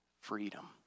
freedom